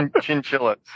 chinchillas